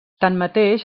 tanmateix